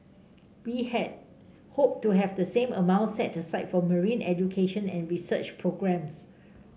we had hoped to have the same amount set aside for marine education and research programmes